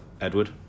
Edward